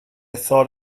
thought